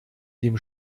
dem